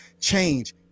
change